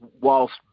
whilst